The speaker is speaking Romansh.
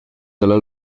dalla